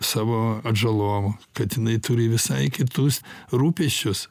savo atžalom kad jinai turi visai kitus rūpesčius